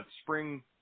spring